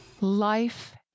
Life